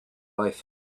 life